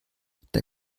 der